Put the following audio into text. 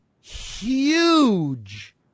huge